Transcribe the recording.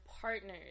partner's